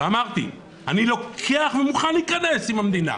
ואמרתי: אני לוקח ומוכן להיכנס עם המדינה